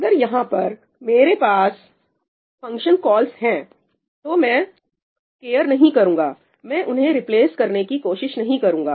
अगर यहां पर मेरे पास फंक्शंस कॉल्स है तो मैं केयर नहीं करूंगा मैं उन्हें रिप्लेस करने की कोशिश नहीं करूंगा